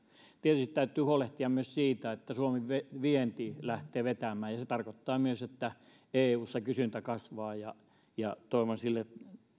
tietysti täytyy huolehtia myös siitä että suomen vienti lähtee vetämään ja se tarkoittaa myös että eussa kysyntä kasvaa toivon